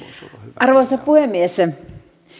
arvoisa puhemies